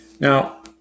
Now